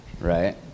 right